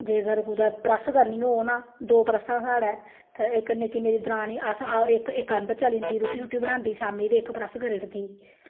जेकर कुतै प्रेस करनी होए ना दो प्रैसां स्हाढ़े ते इक नैक्की मेरी दरानी अस्स इक इक अंदर चली जंदी रूट्टी शुट्टी बनांदी शामी दी ते इक प्रेस करी उड़दी